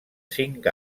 cinc